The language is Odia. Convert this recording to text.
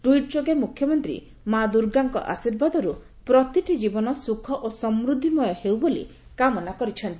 ଟିଟ୍ ଯୋଗେ ମୁଖ୍ୟମନ୍ତୀ ମା ଦୂର୍ଗାଙ୍କ ଆଶୀର୍ବାଦର୍ ପ୍ରତିଟି କୀବନ ସୁଖ ଓ ସମୃଦ୍ଧିମୟ ହେଉ ବୋଲି କାମନା କରିଛନ୍ତି